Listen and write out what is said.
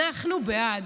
אנחנו בעד,